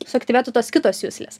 suaktyvėtų tos kitos juslės